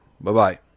Bye-bye